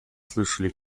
слышали